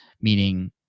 meaning